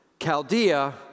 Chaldea